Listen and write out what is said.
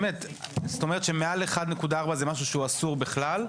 זאת אומרת שמעל 1.4 זה משהו שהוא אסור בכלל,